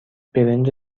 برنج